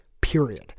period